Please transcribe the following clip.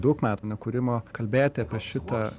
daug metų nekūrimo kalbėti apie šitą